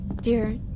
dear